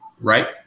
right